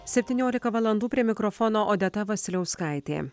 septyniolika valandų prie mikrofono odeta vasiliauskaitė